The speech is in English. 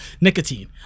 nicotine